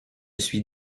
suis